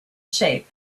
shape